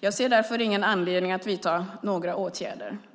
Jag ser därför ingen anledning att vidta några åtgärder.